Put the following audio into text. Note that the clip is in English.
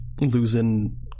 losing